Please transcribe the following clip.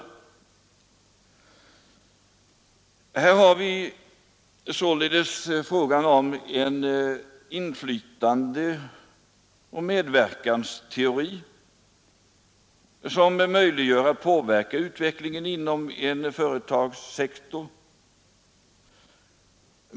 Här har vi således frågan om en inflytandeoch medverkansteori som möjliggör att påverka utvecklingen inom en företagssektor.